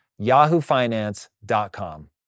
yahoofinance.com